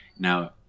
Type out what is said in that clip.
Now